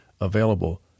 available